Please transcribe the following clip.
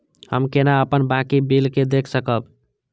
हम केना अपन बाकी बिल के देख सकब?